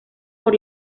por